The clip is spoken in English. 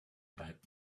about